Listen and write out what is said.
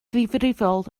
ddifrifol